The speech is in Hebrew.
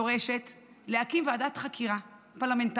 דורשת, להקים ועדת חקירה פרלמנטרית